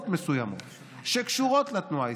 מסוימות שקשורות לתנועה האסלאמית,